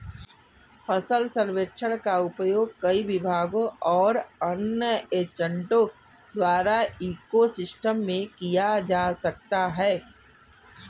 फसल सर्वेक्षण का उपयोग कई विभागों और अन्य एजेंटों द्वारा इको सिस्टम में किया जा सकता है